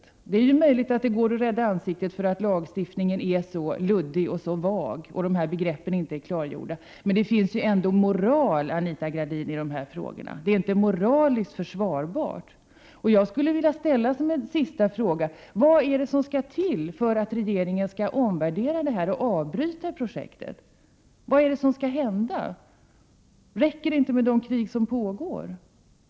Det är möjligt att det går att rädda ansiktet, eftersom lagstiftningen är så luddig och så vag och dessa begrepp inte är klargjorda. Det finns ändå, Anita Gradin, moral i dessa frågor. Det är inte moraliskt försvarbart. Jag skulle vilja avsluta med att fråga vad det är som skall till för att regeringen skall omvärdera detta och avbryta projektet. Vad är det som skall hända? Räcker det inte med de krig som pågår?